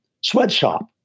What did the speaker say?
sweatshop